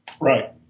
right